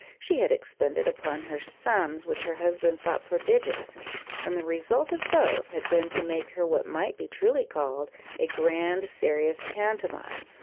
she had expended upon her sums which her husband thought prodigious and the result of both had been to make her what might be truly called a grand serious pantomime,